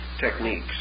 techniques